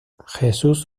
jesús